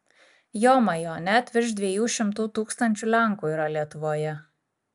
jomajo net virš dviejų šimtų tūkstančių lenkų yra lietuvoje